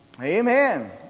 Amen